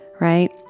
right